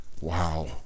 wow